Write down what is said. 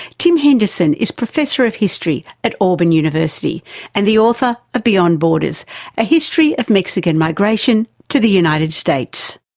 tim henderson is professor of history at auburn university and the author of beyond borders a history of mexican migration to the united states.